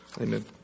Amen